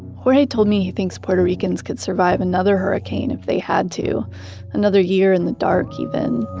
jorge told me he thinks puerto ricans could survive another hurricane if they had to another year in the dark even.